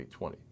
2020